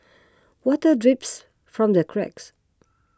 water drips from the cracks